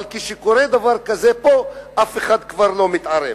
אבל כשקורה דבר כזה פה, אף אחד לא מתערב.